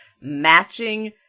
matching